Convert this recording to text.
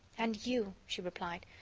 and you! she replied,